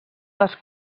les